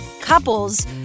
couples